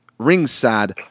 Ringside